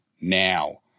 now